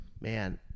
Man